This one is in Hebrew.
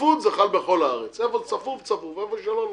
צפיפות זה חל בכל הארץ איפה שצפוף צפוף ואיפה שלא לא.